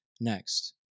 next